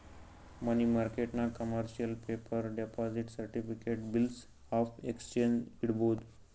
ಮನಿ ಮಾರ್ಕೆಟ್ನಾಗ್ commercial paper, deposit certificate, bills of exchange ಇಡ್ಬೋದ್